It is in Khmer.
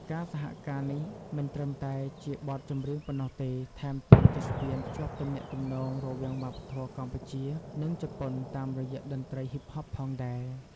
ការសហការនេះមិនត្រឹមតែជាបទចម្រៀងប៉ុណ្ណោះទេ ថែមទាំងជាស្ពានភ្ជាប់ទំនាក់ទំនងរវាងវប្បធម៌កម្ពុជា និងជប៉ុនតាមរយៈតន្ត្រីហ៊ីបហបផងដែរ។